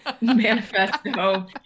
manifesto